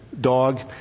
dog